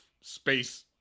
space